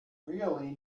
really